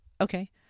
okay